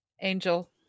Angel